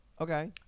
okay